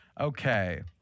Okay